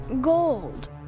gold